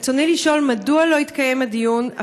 רצוני לשאול: מדוע לא יתקיים הדיון,